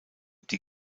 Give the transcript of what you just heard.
die